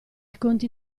conti